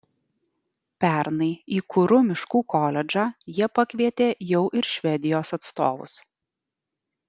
pernai į kuru miškų koledžą jie pakvietė jau ir švedijos atstovus